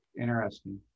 interesting